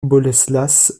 boleslas